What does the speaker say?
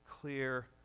clear